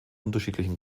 unterschiedlichen